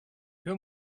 two